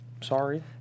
Sorry